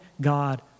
God